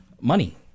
money